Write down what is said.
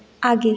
आगे